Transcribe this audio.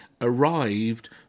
arrived